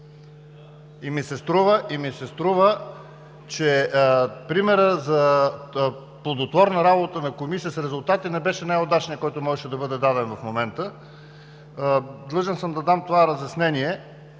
И ми се струва, че примерът за плодотворна работа на комисия с резултати не беше най-удачният, който можеше да бъде даден в момента. Длъжен съм да дам това разяснение